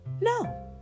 No